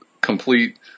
complete